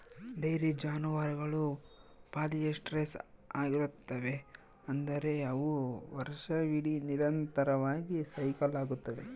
dairy ಜಾನುವಾರುಗಳು polyestrous ಆಗಿರುತ್ತವೆ, ಅಂದರೆ ಅವು ವರ್ಷವಿಡೀ ನಿರಂತರವಾಗಿ ಸೈಕಲ್ ಆಗುತ್ತವೆ